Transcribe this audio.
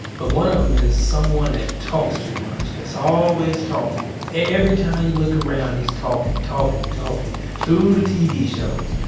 but one of them is someone that talks too much, that's always talking. every time you look around he's talking, talking, talking through the tv shows,